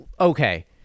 okay